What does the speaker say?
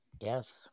Yes